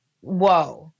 whoa